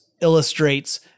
illustrates